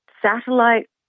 satellite